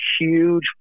huge